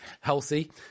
healthy